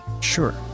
Sure